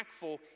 impactful